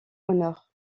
honneur